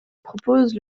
propose